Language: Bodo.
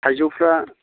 थाइजौफ्रा